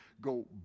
go